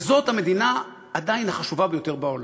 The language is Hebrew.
וזאת עדיין המדינה החשובה ביותר בעולם,